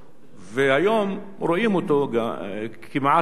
היום רואים אותו כמעט כל יום,